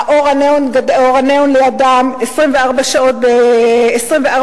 אור הניאון דולק לידם 24 שעות ביממה.